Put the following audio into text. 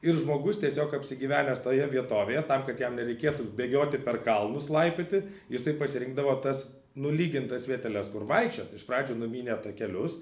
ir žmogus tiesiog apsigyvenęs toje vietovėje tam kad jam nereikėtų bėgioti per kalnus laipioti jisai pasirinkdavo tas nulygintas vieteles kur vaikščiot iš pradžių numynė takelius